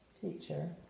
teacher